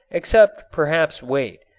except perhaps weight,